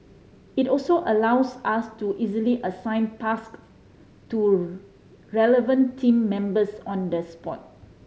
it also allows us to easily assign tasks to relevant team members on the spot